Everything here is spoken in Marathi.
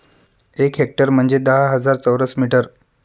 एक हेक्टर म्हणजे दहा हजार चौरस मीटर